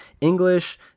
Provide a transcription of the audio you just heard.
English